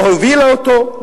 לא הובילה אותו,